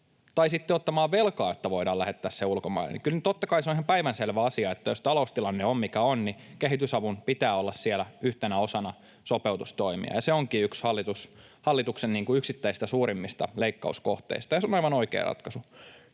tai sitten ottamaan velkaa, että voidaan lähettää se ulkomaille. Totta kai se on ihan päivänselvä asia, että jos taloustilanne on mikä on, niin kehitysavun pitää olla siellä yhtenä osana sopeutustoimia. Se onkin yksi hallituksen yksittäisistä suurimmista leikkauskohteista, ja se on aivan oikea ratkaisu.